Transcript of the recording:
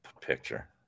picture